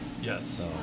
Yes